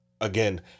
again